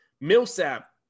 Millsap